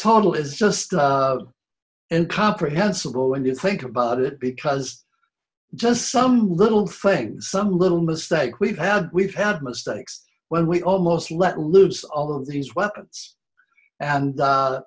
total is just and comprehensible when you think about it because just some little fame some little mistake we've had we've had mistakes when we almost let loose of these weapons and